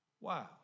Wow